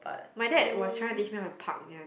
but um